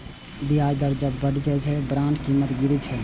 ब्याज दर जब बढ़ै छै, बांडक कीमत गिरै छै